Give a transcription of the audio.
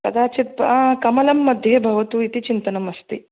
कदाचित् कमलं मध्ये भवतु इति चिन्तनम् अस्ति